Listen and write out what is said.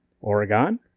Oregon